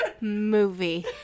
movie